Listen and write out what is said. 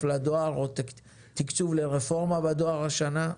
לדואר או תקצוב לרפורמה בדואר השנה.